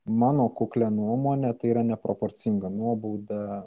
mano kuklia nuomone tai yra neproporcinga nuobauda